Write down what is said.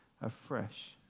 afresh